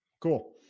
Cool